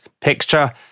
picture